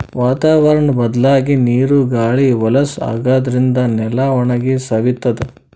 ವಾತಾವರ್ಣ್ ಬದ್ಲಾಗಿ ನೀರ್ ಗಾಳಿ ಹೊಲಸ್ ಆಗಾದ್ರಿನ್ದ ನೆಲ ಒಣಗಿ ಸವಿತದ್